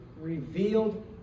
revealed